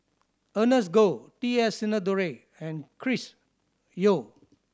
Ernest Goh T S Sinnathuray and Chris Yeo